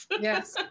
Yes